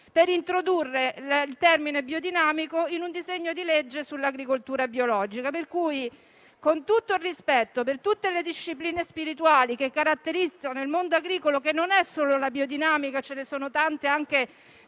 per introdurre il termine biodinamico in un disegno di legge sull'agricoltura biologica. Con il massimo rispetto per tutte le discipline spirituali che caratterizzano il mondo agricolo (ci sono non solo la biodinamica, ma tante altre